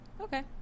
Okay